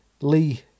Lee